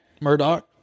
murdoch